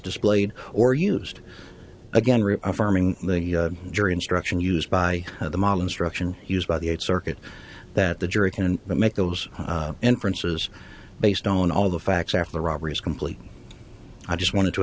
displayed or used again reaffirming the jury instruction used by the model instruction used by the eighth circuit that the jury can make those inferences based on all the facts after the robbery is complete i just wanted to